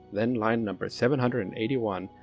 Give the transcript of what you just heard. then line number seven hundred and eighty one,